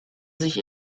sich